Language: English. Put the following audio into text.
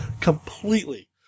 completely